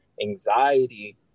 anxiety